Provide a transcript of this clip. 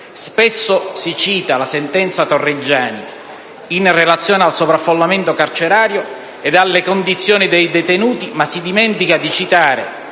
Spesso si cita la sentenza Torreggiani in relazione al sovraffollamento carcerario ed alle condizioni dei detenuti, ma si dimentica di citare